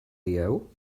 dieu